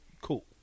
Cool